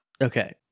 Okay